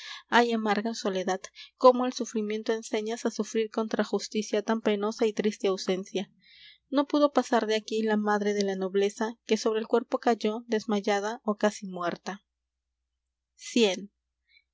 ay amarga soledad cómo al sufrimiento enseñas á sufrir contra justicia tan penosa y triste ausencia no pudo pasar de aquí la madre de la nobleza que sobre el cuerpo cayó desmayada ó casi muerta